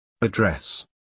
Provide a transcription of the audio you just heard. Address